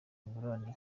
ingurane